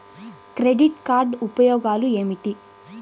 Credit card ఉపయోగాలు ఏమిటి?